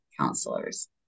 Counselors